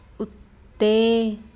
ਉੱਤੇ